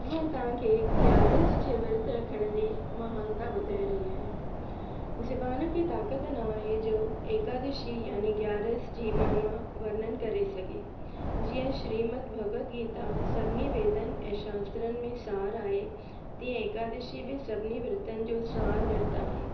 अॼु मां तव्हां खे ॻ्यारस जे विर्त रखण जी महानता ॿुधाइ रही आहियां ज़बान खे ताक़त न आहे जो एकादशी याने ॻ्यारस जी महिमा वरननि करे सघे जीअं श्रीमद भगवत गीता सभिनी वेदनि ऐं शास्त्रनि में सार आहे तीअं एकादशी बि सभिनी जो विर्तु सार विर्तु आहे